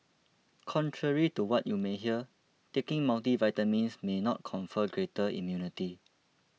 contrary to what you may hear taking multivitamins may not confer greater immunity